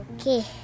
Okay